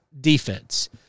defense